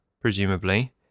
presumably